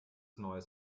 neues